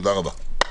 תודה רבה.